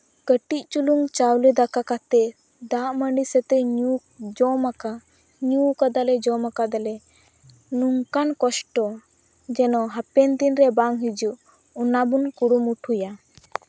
ᱠᱟᱹᱴᱤᱡ ᱪᱩᱞᱩᱝ ᱪᱟᱣᱞᱮ ᱫᱟᱠᱟ ᱠᱟᱛᱮᱫ ᱫᱟᱜ ᱢᱟᱹᱰᱤ ᱥᱟᱛᱮᱧ ᱧᱩ ᱡᱚᱢ ᱟᱠᱟ ᱧᱩ ᱠᱟᱫᱟᱞᱮ ᱡᱚᱢ ᱠᱟᱫᱟᱞᱮ ᱱᱚᱝᱠᱟᱱ ᱠᱚᱥᱴᱚ ᱡᱮᱱᱚ ᱦᱟᱯᱮᱱ ᱫᱤᱱᱨᱮ ᱵᱟᱝ ᱦᱤᱡᱩᱜ ᱚᱱᱟ ᱵᱚᱱ ᱠᱩᱨᱩᱢᱩᱴᱩᱭᱟ